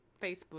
Facebook